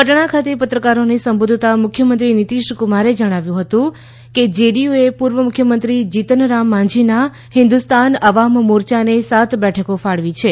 પટણા ખાતે પત્રકારોને સંબોધતા મુખ્યમંત્રી નીતીશ કુમારે જણાવ્યું કે જેડીયુએ પુર્વ મુખ્યમંત્રી જીનતરામ માંઝીના હીન્દસ્તાન અવામ મોર્ચાને સાત બેઠકો ફાળવી છે